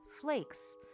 flakes